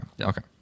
Okay